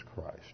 Christ